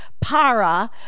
para